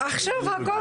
לערבים.